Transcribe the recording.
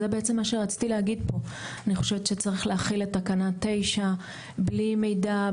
וזה מה שרציתי להגיד אני חושבת שצריך להחיל את תקנה 9. בלי מידע,